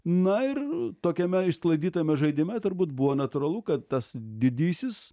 na ir tokiame išsklaidytame žaidime turbūt buvo natūralu kad tas didysis